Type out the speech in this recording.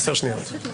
עשר שניות.